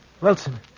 Wilson